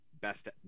Best